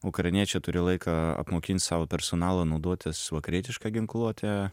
ukrainiečiai turi laiką apmokint savo personalą naudotis vakarietiška ginkluote